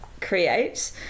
create